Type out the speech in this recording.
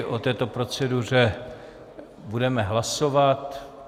O této proceduře budeme hlasovat.